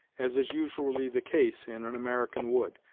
as is usually the case in an american wood,